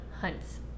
Hunt's